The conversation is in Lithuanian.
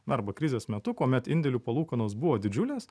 arba krizės metu kuomet indėlių palūkanos buvo didžiulės